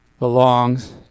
Belongs